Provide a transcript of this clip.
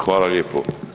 Hvala lijepo.